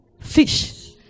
fish